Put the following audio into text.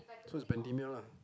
so it's pandemia lah